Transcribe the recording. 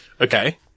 Okay